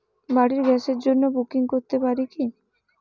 বাড়ির গ্যাসের জন্য বুকিং করতে পারি কি?